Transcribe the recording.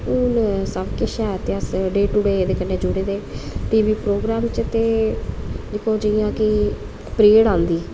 हून सब कुछ ऐ ते अस डे टू डे दिक्खने एह्दे कन्नै जुड़े दे टी वी प्रोग्राम च ते दिक्खो जि'यां कि प्रेड़ आंदी